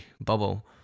bubble